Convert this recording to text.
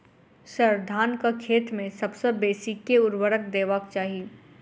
sir, धानक खेत मे सबसँ बेसी केँ ऊर्वरक देबाक चाहि